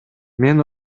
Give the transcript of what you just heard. мен